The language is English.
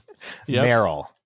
meryl